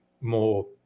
more